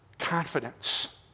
Confidence